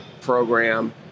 program